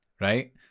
right